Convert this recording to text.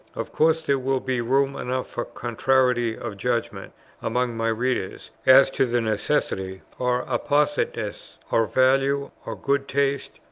of course there will be room enough for contrariety of judgment among my readers, as to the necessity, or appositeness, or value, or good taste,